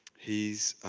he's